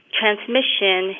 transmission